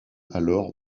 alors